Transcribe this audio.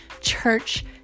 church